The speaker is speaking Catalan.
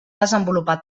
desenvolupar